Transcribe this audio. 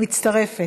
מצטרפת.